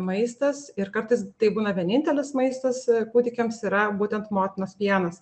maistas ir kartais tai būna vienintelis maistas kūdikiams yra būtent motinos pienas